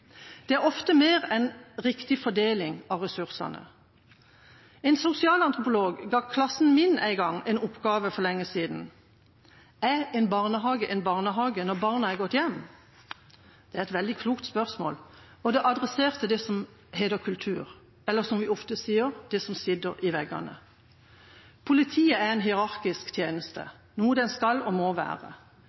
Det er ofte mer enn riktig fordeling av ressursene. En sosialantropolog ga klassen min en oppgave en gang for lenge siden: Er en barnehage en barnehage når barna er gått hjem? Det er et veldig klokt spørsmål, og det adresserte det som heter kultur, eller, som vi ofte sier: Det som sitter i veggene. Politiet er en hierarkisk tjeneste, noe den skal og må være.